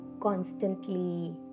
Constantly